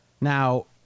Now